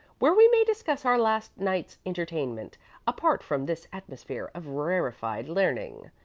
where we may discuss our last night's entertainment apart from this atmosphere of rarefied learning.